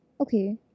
Okay